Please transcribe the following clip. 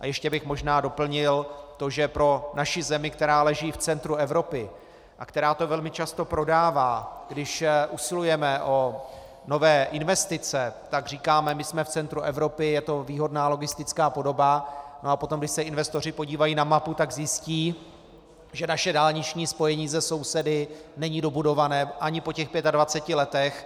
Ještě bych možná doplnil, že pro naši zemi, která leží v centru Evropy a která to velmi často prodává, když usilujeme o nové investice, tak říkáme, že jsme v centru Evropy, je to výhodná logistická podoba, a potom, když se investoři podívají na mapu, tak zjistí, že naše dálniční spojení se sousedy není dobudované ani po 25 letech.